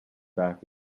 back